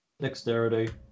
Dexterity